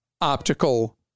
optical